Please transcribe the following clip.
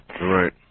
Right